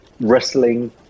wrestling